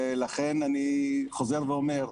ולכן אני חוזר ואומר: